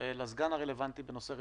לסגן הרלוונטי בנושא רווחה.